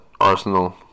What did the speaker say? Arsenal